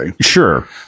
Sure